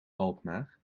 alkmaar